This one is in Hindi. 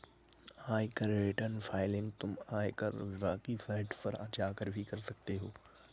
आयकर रिटर्न फाइलिंग तुम आयकर विभाग की साइट पर जाकर भी कर सकते हो